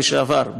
גברתי.